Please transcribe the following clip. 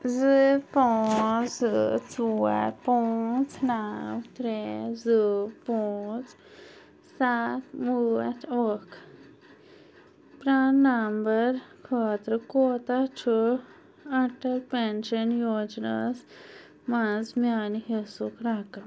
زٕ پانٛژھ زٕ ژور پانٛژھ نو ترٛےٚ زٕ پانٛژھ سَتھ وٲٹھ اکھ پران نمبر خٲطرٕ کوٗتاہ چھُ اٹل پٮ۪نشن یوجنا یَس مَنٛز میانہِ حصُک رقم